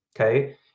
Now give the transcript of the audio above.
okay